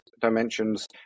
dimensions